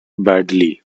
badly